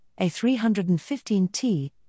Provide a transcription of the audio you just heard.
A315T